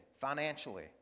financially